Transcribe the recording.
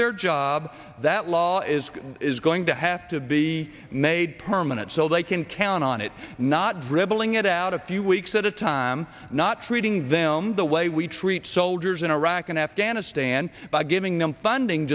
their job that law is is going to have to be made permanent so they can count on it not dribbling it out a few weeks at a time not treating them the way we treat soldiers in iraq and afghanistan by giving them funding